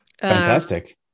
Fantastic